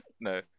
No